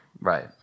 Right